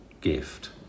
gift